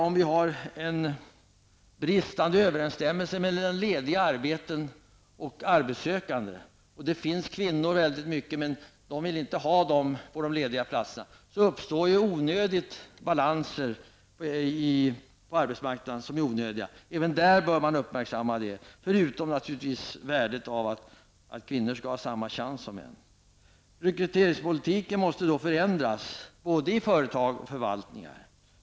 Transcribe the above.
Om vi har en bristande överensstämmelse mellan lediga arbeten och arbetssökande, dvs. det finns många kvinnor men arbetsgivarna vill inte ha dem på de lediga platserna, uppstår onödiga obalanser på arbetsmarknaden. Även detta bör uppmärksammas, liksom naturligtvis värdet av att kvinnor skall ha samma chans som män. Rekryteringspolitiken måste förändras, både i företag och förvaltningar.